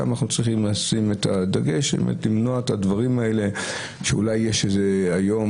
שאנחנו צריכים לשים את הדגש על-מנת למנוע את הדברים שאולי יש היום,